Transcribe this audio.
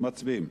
מצביעים